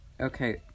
Okay